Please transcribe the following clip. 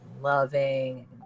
loving